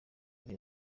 kuri